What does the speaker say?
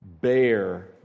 bear